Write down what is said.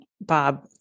Bob